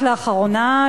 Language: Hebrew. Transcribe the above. רק לאחרונה,